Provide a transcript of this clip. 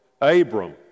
Abram